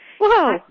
Whoa